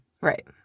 Right